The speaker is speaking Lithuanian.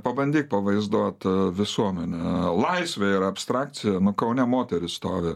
pabandyk pavaizduot visuomenę laisvė yra abstrakcija kaune moteris stovi